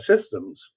systems